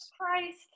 Christ